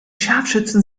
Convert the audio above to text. scharfschützen